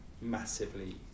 massively